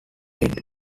head